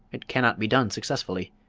it cannot be done successfully.